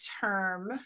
term